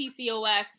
PCOS